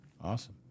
Awesome